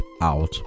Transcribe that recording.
out